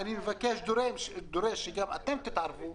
אני מבקש ודורש שגם אתם תתערבו.